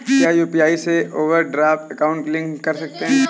क्या यू.पी.आई से overdraft account link कर सकते हैं?